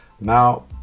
Now